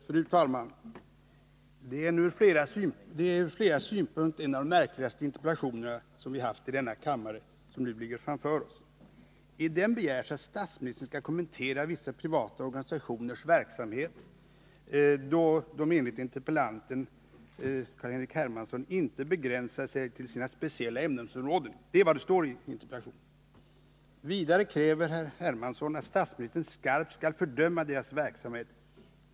Fru talman! Det är ur flera synpunkter en av de märkligaste interpellationer vi haft i denna kammare som nu ligger framför oss. I den begärs att statsministern skall kommentera vissa privata organisationers verksamhet, då de enligt interpellanten, Carl-Henrik Hermansson, inte begränsat sig till sina speciella ämnesområden — det är vad som står i interpellationen. Vidare kräver herr Hermansson att statsministern skarpt skall fördöma deras verksamhet.